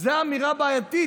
זו אמירה בעייתית.